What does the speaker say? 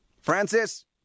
Francis